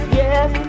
yes